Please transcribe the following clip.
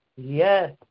Yes